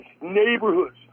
neighborhoods